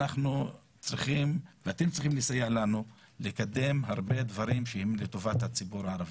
אתם צריכים לסייע לנו לקדם הרבה דברים שהם לטובת הציבור הערבי.